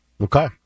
Okay